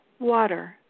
Water